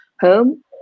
home